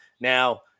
Now